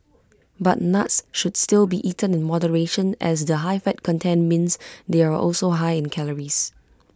but nuts should still be eaten in moderation as the high fat content means they are also high in calories